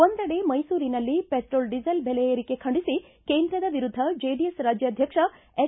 ಒಂದೆಡೆ ಮೈಸೂರಿನಲ್ಲಿ petrol diesel ಬೆಲೆ ಏರಿಕೆ ಖಂಡಿಸಿ ಕೇಂದ್ರದ ವಿರುದ್ಧ ಜೆಡಿಎಸ್ ರಾಜ್ಕಾಧ್ಯಕ್ಷ ಎಚ್